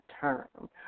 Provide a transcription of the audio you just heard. term